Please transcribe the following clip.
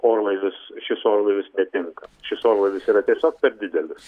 orlaivis šis orlaivis netinka šis orlaivis yra tiesiog per didelis